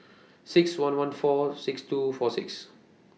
six one one four six two four six